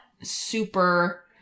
super